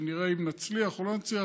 שנראה אם נצליח או לא נצליח,